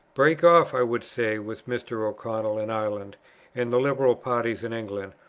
break off, i would say, with mr. o'connell in ireland and the liberal party in england,